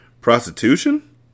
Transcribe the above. Prostitution